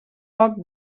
poc